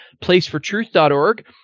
placefortruth.org